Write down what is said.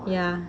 ya